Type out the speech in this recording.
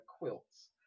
quilts